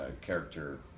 character